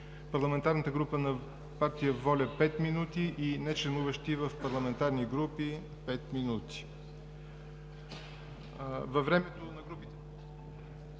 парламентарната група на партия „Воля“ – 5 минути, и за нечленуващи в парламентарни групи – 5 минути.